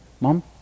mom